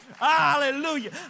Hallelujah